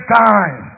time